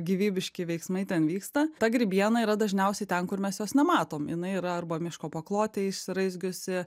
gyvybiški veiksmai ten vyksta ta grybiena yra dažniausiai ten kur mes jos nematom jinai yra arba miško paklotėj išsiraizgiusi